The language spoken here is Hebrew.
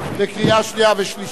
קריאה שנייה ושלישית.